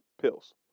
pills